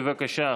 בבקשה.